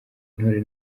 intore